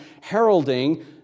heralding